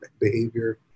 behavior